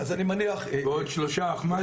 עוד שלושה אחמ"שים?